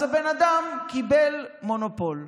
אז הבן אדם קיבל מונופול.